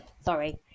sorry